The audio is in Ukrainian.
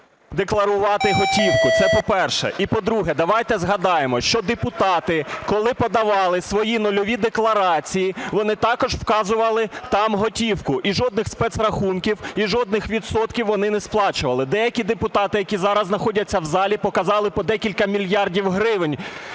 декларувати готівку, це по-перше. І, по-друге, давайте згадаємо, що депутати, коли подавали свої нульові декларації, вони також вказували там готівку і жодних спецрахунків і жодних відсотків вони не сплачували. Деякі депутати, які зараз знаходяться в залі, показали по декілька мільярдів гривень